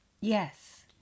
Yes